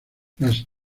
las